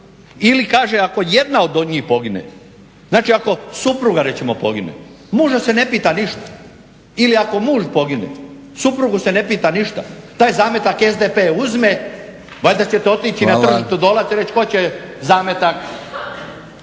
Ili kaže ako jedna od njih pogine, znači ako supruga recimo pogine, muža se ne pita ništa ili ako muž pogine suprugu se ne pita ništa. Taj zametak SDP uzme, valjda ćete otići na tržnicu Dolac i reći tko će zametak.